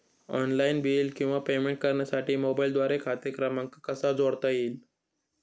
Online bill किंवा payment करण्यासाठी मोबाईलद्वारे खाते क्रमांक कसा जोडता येईल?